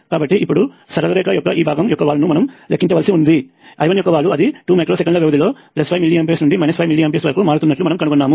కాబట్టి ఇప్పుడు సరళ రేఖ యొక్క ఈ భాగం యొక్క వాలును మనము లెక్కించవలసి ఉంది I1 యొక్క వాలు అది 2 మైక్రో సెకన్ల వ్యవధిలో 5 మిల్లీ ఆంప్స్ నుండి 5 మిల్లీ ఆంప్స్ వరకు మారుతున్నట్లు మనము కనుగొన్నాము